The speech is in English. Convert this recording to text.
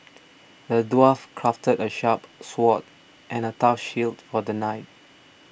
the dwarf crafted a sharp sword and a tough shield for the knight